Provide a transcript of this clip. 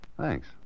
Thanks